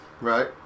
Right